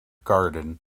garden